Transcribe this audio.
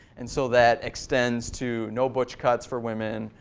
and so that extends to no butch cuts for women,